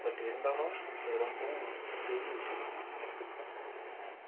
but இருந்தாலும் இது ரொம்பவும் பெரிய விஷயமாக தான் எடுத்து பார்க்குறாங்க